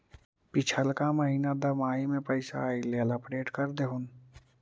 पिछला का महिना दमाहि में पैसा ऐले हाल अपडेट कर देहुन?